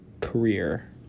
career